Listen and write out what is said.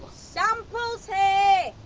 samples here!